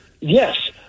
Yes